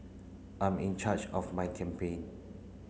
I'm in charge of my campaign